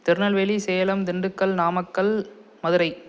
Tirunelveli Salem Dindigul Namakkal Madurai